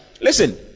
listen